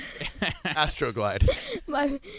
astroglide